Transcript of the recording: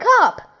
up